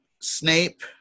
Snape